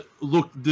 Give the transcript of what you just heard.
Look